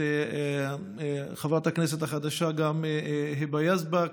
את חברת הכנסת החדשה היבה יזבק,